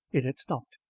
it had stopped.